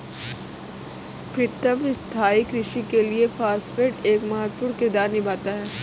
प्रीतम स्थाई कृषि के लिए फास्फेट एक महत्वपूर्ण किरदार निभाता है